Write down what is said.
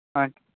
ஆ